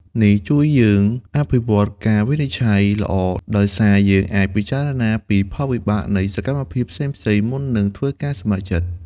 នេះជួយយើង អភិវឌ្ឍការវិនិច្ឆ័យល្អ ដោយសារយើងអាចពិចារណាពីផលវិបាកនៃសកម្មភាពផ្សេងៗមុននឹងធ្វើការសម្រេចចិត្ត។